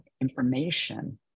information